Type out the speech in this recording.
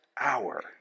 hour